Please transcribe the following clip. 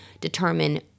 determine